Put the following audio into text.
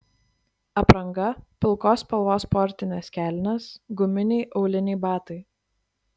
apranga pilkos spalvos sportinės kelnės guminiai auliniai batai